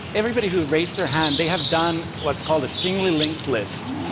everybody who raised their hand, they have done what's called a singly-linked list.